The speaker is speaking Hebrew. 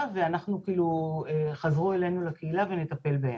ואנחנו כאילו חזרו אלינו לקהילה ונטפל בהן.